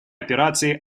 операции